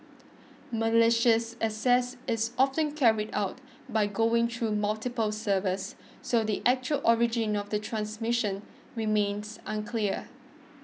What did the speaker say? malicious access is often carried out by going through multiple servers so the actual origin of the transmission remains unclear